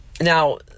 Now